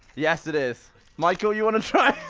yes, it is michael, you wanna try?